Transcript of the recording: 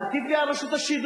להטיף לי על רשות השידור,